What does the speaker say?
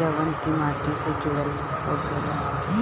जवन की माटी से जुड़ल होखेला